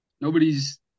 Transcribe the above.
nobody's